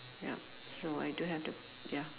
yup sure I don't have the ya